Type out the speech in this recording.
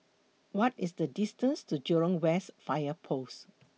What IS The distance to Jurong West Fire Post